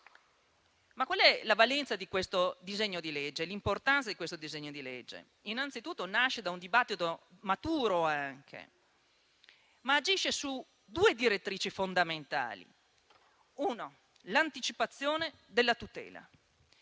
e l'importanza di questo disegno di legge, l'importanza di questo disegno di legge? Innanzitutto, esso nasce da un dibattito maturo, ma agisce su due direttrici fondamentali. Una è l'anticipazione della tutela,